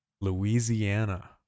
Louisiana